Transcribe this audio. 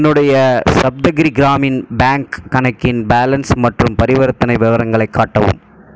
என்னுடைய சப்தகிரி கிராமின் பேங்க் கணக்கின் பேலன்ஸ் மற்றும் பரிவர்த்தனை விவரங்களை காட்டவும்